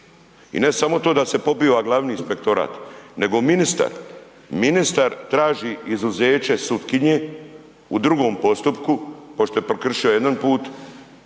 I ne samo to da se pobiva glavni inspektorat nego ministar, ministar traži izuzeće sutkinje u drugom postupku, pošto je prekršio jedan put,